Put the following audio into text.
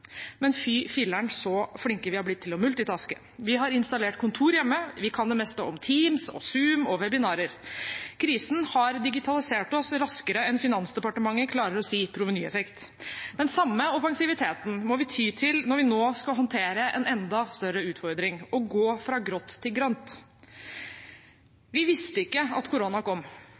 Men fy fillern så flinke vi har blitt til å multitaske. Vi har installert kontor hjemme, vi kan det meste om Teams og Zoom og webinarer. Krisen har digitalisert oss raskere enn Finansdepartementet klarer å si provenyeffekt. Den samme offensiviteten må vi ty til når vi nå skal håndtere en enda større utfordring – å gå fra grått til grønt. Vi visste ikke at korona kom,